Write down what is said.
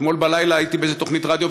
אתמול בלילה הייתי באיזו תוכנית רדיו,